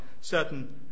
certain